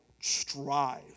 strive